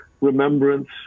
remembrance